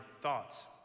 thoughts